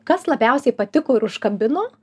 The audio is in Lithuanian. kas labiausiai patiko ir užkabino